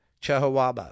Chihuahua